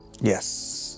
Yes